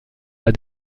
pas